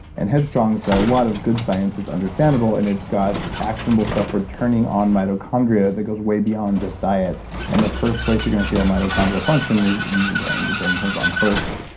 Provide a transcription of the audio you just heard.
and headstrong's got as lot of good sciences understandable, and it's got actionable stuff returning on mitochondria that goes way beyond just diet and the first place you're going to feel mitochondrial function is in your brain. your brain turns on first,